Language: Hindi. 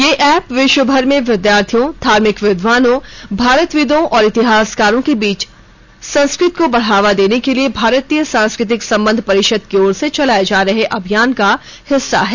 यह ऐप विश्व भर में विद्यार्थियों धार्मिक विद्वानों भारतविदों और इतिहासकारों के बीच संस्कात को बढ़ावा देने के लिए भारतीय सांस्कृतिक संबंध परिषद की ओर से चलाए जा रहे अभियान का हिस्सा है